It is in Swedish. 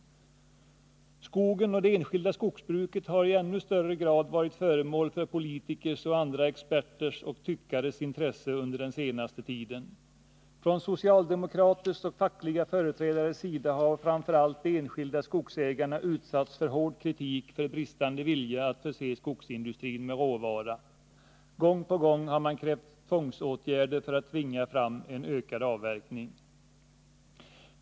Skogen och det enskilda skogsbruket har i ännu högre grad varit föremål för politikers och andra experters och tyckares intresse under den senaste tiden. Från socialdemokraters och fackliga företrädares sida har framför allt de enskilda skogsägarna utsatts för hård kritik för bristande vilja att förse skogsindustrin med råvara. Gång på gång har man krävt tvångsåtgärder för att tvinga fram en ökad avverkning.